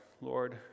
Lord